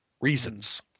reasons